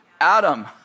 Adam